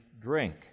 drink